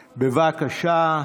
בבקשה.